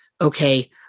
okay